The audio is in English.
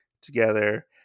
together